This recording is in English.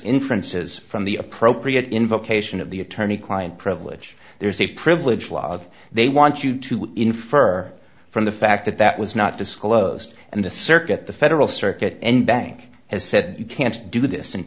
inferences from the appropriate invocation of the attorney client privilege there's a privilege log they want you to infer from the fact that that was not disclosed and the circuit the federal circuit en banc has said you can't do this and